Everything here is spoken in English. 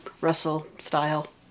Russell-style